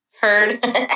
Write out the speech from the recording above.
Heard